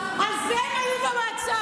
על זה הם היו במעצר.